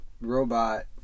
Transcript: robot